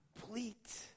complete